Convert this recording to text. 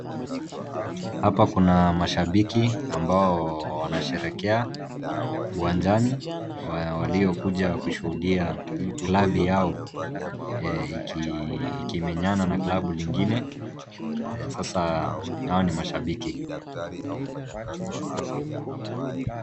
Hapa kuna mashabiki ambao wanasherekea uwanjani waliokuja kushuhudia klabu yao ikimenyana na klabu lingine. Sasa hao ni mashabiki.